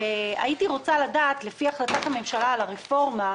הייתי רוצה לדעת, לפי החלטת הממשלה על הרפורמה,